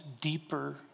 deeper